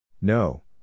No